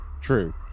True